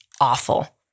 awful